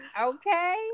Okay